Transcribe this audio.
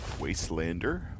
wastelander